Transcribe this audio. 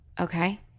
Okay